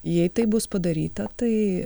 jei taip bus padaryta tai